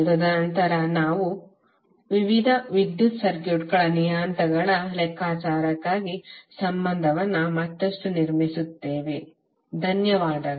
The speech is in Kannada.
ತದನಂತರ ನಾವು ವಿವಿಧ ವಿದ್ಯುತ್ ಸರ್ಕ್ಯೂಟ್ ನಿಯತಾಂಕಗಳ ಲೆಕ್ಕಾಚಾರಕ್ಕಾಗಿ ಸಂಬಂಧವನ್ನು ಮತ್ತಷ್ಟು ನಿರ್ಮಿಸುತ್ತೇವೆ ಧನ್ಯವಾದಗಳು